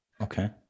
okay